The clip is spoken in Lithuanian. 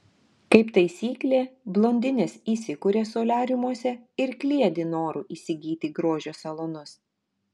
kaip taisyklė blondinės įsikuria soliariumuose ir kliedi noru įsigyti grožio salonus